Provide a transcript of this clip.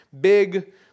big